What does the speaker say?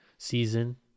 season